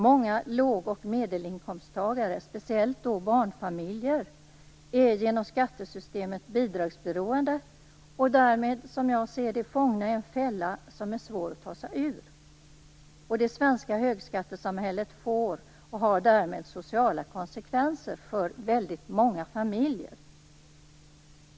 Många låg och medelinkomsttagare, speciellt barnfamiljer, är genom skattesystemet bidragsberoende och därmed, som jag ser det, fångna i en fälla som är svår att ta sig ur. Det svenska högskattesamhället får och har därmed sociala konsekvenser för väldigt många familjer.